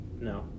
No